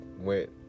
went